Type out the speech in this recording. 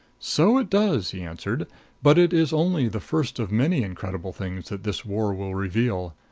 so it does, he answered but it is only the first of many incredible things that this war will reveal.